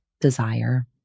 desire